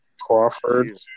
Crawford